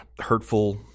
hurtful